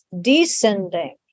descending